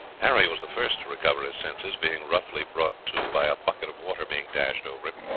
harry was the first to recover his senses, being roughly brought to by a bucket of water being dashed over him.